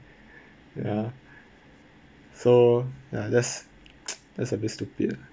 ya so ya that's that's a bit stupid